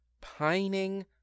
pining